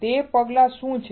તે પગલાઓ શું છે